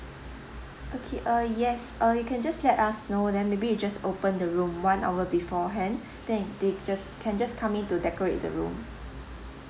okay uh yes uh you can just let us know then maybe we'll just open the room one hour beforehand then they just can just come in to decorate the room